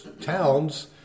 towns